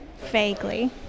Vaguely